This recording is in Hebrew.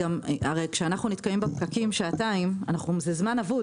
הרי כשאנחנו נתקעים בפקקים שעתיים זה זמן אבוד.